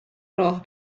راه